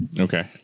Okay